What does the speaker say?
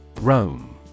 Rome